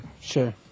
Sure